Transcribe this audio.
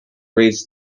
reads